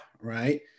right